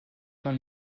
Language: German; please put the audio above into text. man